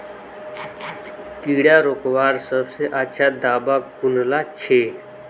कीड़ा रोकवार सबसे अच्छा दाबा कुनला छे?